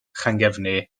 llangefni